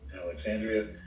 Alexandria